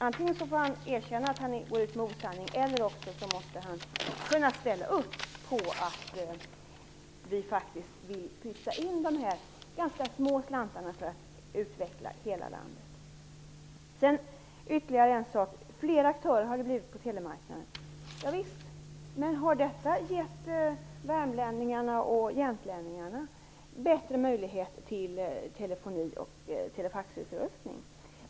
Antingen får han erkänna att han går ut med osanningar eller så måste han ställa upp på att vi vill skicka in dessa små slantar för att utveckla hela landet. Visst har det blivit fler aktörer på telemarknaden. Men har det givit värmlänningarna och jämtlänningarna bättre möjligheter till telefoni och telefaxutrustning?